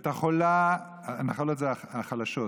הנחלות הן החלשות,